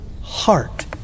heart